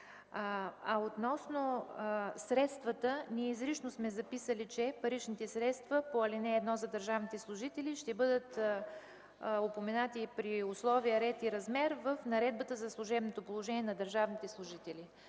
Относно средствата – изрично сме записали, че паричните средства по ал. 1 за държавните служители ще бъдат упоменати при условия, ред и размер в Наредбата за служебното положение на държавните служители.